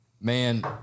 man